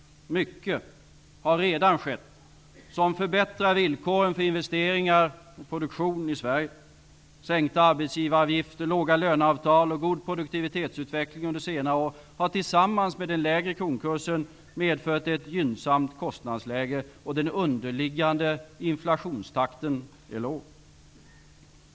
Mycket har redan skett som förbättrar villkoren för investeringar och produktion i Sverige. Sänkta arbetsgivaravgifter, låga löneavtal och en god produktivitetsutveckling under senare år har tillsammans med den lägre kronkursen medfört ett gynnsamt kostnadsläge. Den underliggande inflationstakten är låg.